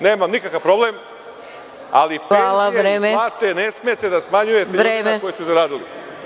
Nemam nikakav problem, ali penzije i plate ne smete da smanjujete ljudima koji su zaradili.